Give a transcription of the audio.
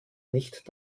nicht